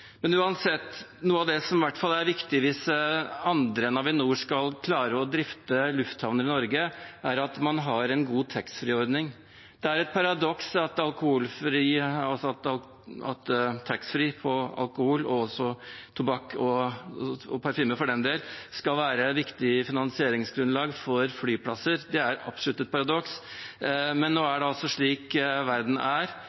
Uansett: Noe av det som i hvert fall er viktig hvis andre enn Avinor skal klare å drifte lufthavner i Norge, er at man har en god taxfree-ordning. Det er et paradoks at taxfree på alkohol – og også tobakk og parfyme, for den del – skal være et viktig finansieringsgrunnlag for flyplasser. Det er absolutt et paradoks, men nå er det altså slik verden er,